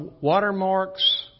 watermarks